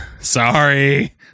Sorry